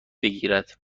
بگیرد